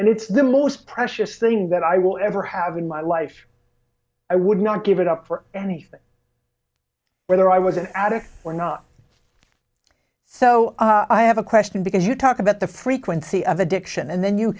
and it's the most precious thing that i will ever have in my life i would not give it up for anything whether i was an addict or not so i have a question because you talk about the frequency of addiction and then you